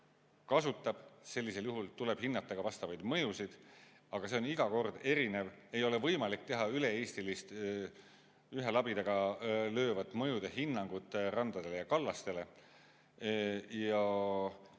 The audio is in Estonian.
kasutab, tuleb hinnata ka vastavaid mõjusid, aga see on iga kord erinev. Ei ole võimalik teha üle-eestilist ühe labidaga löövat mõjude hinnangut randadele ja kallastele.